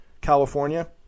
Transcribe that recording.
California